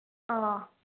ꯑꯥ